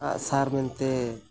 ᱟᱸᱜ ᱥᱟᱨ ᱢᱮᱱᱛᱮ